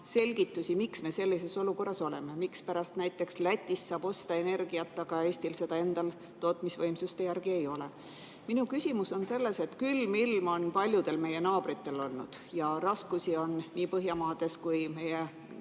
selgitusi, miks me sellises olukorras oleme. Mispärast näiteks Lätist saab osta energiat, aga Eestil seda endal tootmisvõimsuste järgi ei ole? Minu küsimus on selles. Külm ilm on paljudel meie naabritel olnud ja raskusi on nii Põhjamaades kui ka meie